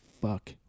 fuck